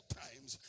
times